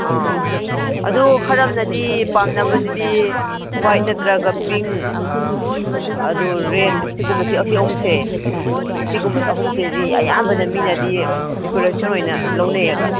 ꯑꯥ ꯑꯗꯨ ꯈꯔ ꯑꯃꯅꯗꯤ ꯄꯥꯝꯅꯕꯗꯨ ꯋꯥꯏꯠ ꯅꯠꯇꯔꯒ ꯄꯤꯡ ꯑꯗꯣ ꯔꯦꯗ ꯑꯁꯤꯒꯨꯝꯕꯁꯤ ꯑꯁꯤ ꯑꯍꯨꯝꯁꯦ ꯁꯤꯒꯨꯝꯕ ꯑꯍꯨꯝꯁꯦ ꯑꯌꯥꯝꯕꯗꯗꯤ ꯃꯤꯅ ꯗꯦꯀꯣꯔꯦꯁꯟ ꯑꯣꯏꯅ ꯂꯧꯅꯩꯌꯦꯕ